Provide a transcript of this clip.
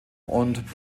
und